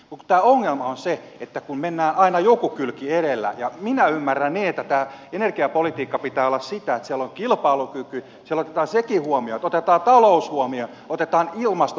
mutta kun ongelma on se että mennään aina joku kylki edellä ja minä ymmärrän niin että energiapolitiikan pitää olla sitä että siellä on kilpailukyky siellä otetaan sekin huomioon otetaan talous huomioon otetaan ilmasto huomioon